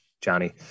Johnny